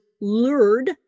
lured